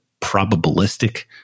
probabilistic